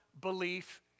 belief